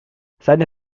seine